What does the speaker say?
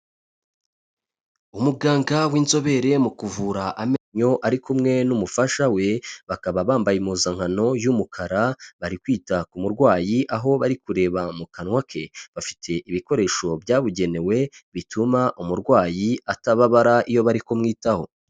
Umuganga w'inzobere mu kuvura amenyo ari kumwe n'umufasha we, bakaba bambaye impuzankano y'umukara bari kwita ku murwayi aho bari kureba mu kanwa ke, bafite ibikoresho byabugenewe bituma umurwayi atababara iyo bari kumwitaho.